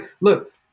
look